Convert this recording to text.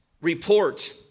report